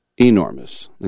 Enormous